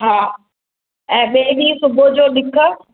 हा ऐं ॿिए ॾींहुं सुबुह जो ॾिख